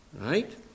right